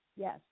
yes